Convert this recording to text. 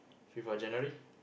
fifth of January